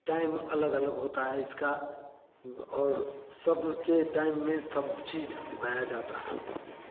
time अलग अलग होता है इसका और सब के टाइम में सब चीज उगाया जाता है